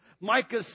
Micah